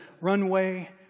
runway